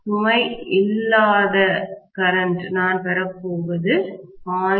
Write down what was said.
சுமை இல்லாத கரண்ட் நான் பெறப்போவது 0